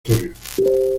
repertorio